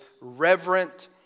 reverent